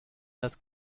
las